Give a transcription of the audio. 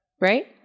right